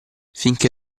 finché